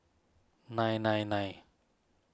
nine nine nine